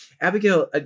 Abigail